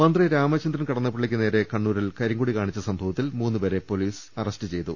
മന്ത്രി രാമചന്ദ്രൻ കടന്നപ്പള്ളിക്ക് നേരെ കണ്ണൂരിൽ കരിങ്കൊടി കാണിച്ച സംഭവത്തിൽ മൂന്ന് പേരെ പൊലീസ് അറസ്റ്റു ചെയ്തു